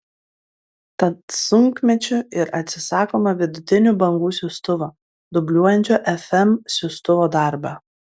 tad sunkmečiu ir atsisakoma vidutinių bangų siųstuvo dubliuojančio fm siųstuvo darbą